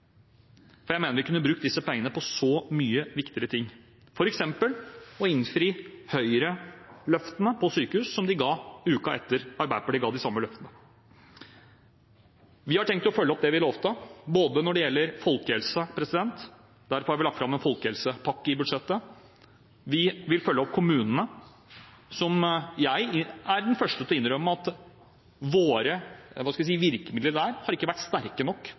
år. Jeg mener vi kunne brukt disse pengene på så mye viktigere ting, f.eks. på å innfri Høyre-løftene for sykehusene, som de ga uken etter at Arbeiderpartiet ga de samme løftene. Vi har tenkt å følge opp det vi lovte: Når det gjelder folkehelse, har vi lagt en folkehelsepakke i budsjettet. Vi vil følge opp kommunene, og jeg er den første til å innrømme at våre virkemidler i den sektoren har ikke vært sterke nok,